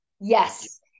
Yes